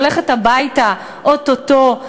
הולכת הביתה או-טו-טו,